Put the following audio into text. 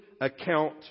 account